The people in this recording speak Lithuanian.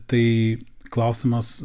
tai klausimas